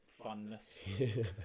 funness